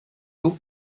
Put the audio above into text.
eaux